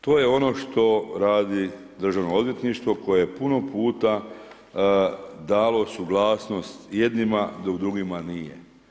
To je ono što radi Državno odvjetništvo koje je puno puta dalo suglasnost jednima, dok drugima nije.